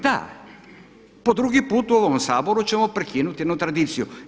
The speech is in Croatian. Da, po drugi put u ovom Saboru ćemo prekinuti jednu tradiciju.